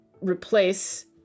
replace